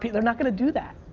they're not gonna do that.